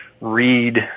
read